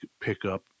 pickup